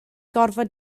gorfod